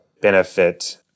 benefit